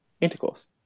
intercourse